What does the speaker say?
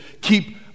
keep